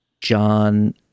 John